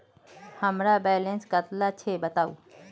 हमार बैलेंस कतला छेबताउ?